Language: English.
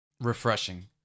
refreshing